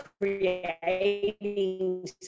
creating